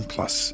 Plus